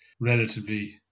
relatively